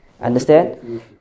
Understand